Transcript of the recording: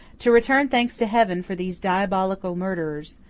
to return thanks to heaven for these diabolical murders,